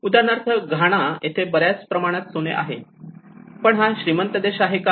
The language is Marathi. उदाहरणार्थ घाणा इथे बर्याच प्रमाणात सोने आहे परंतु हा श्रीमंत देश आहे का